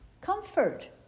comfort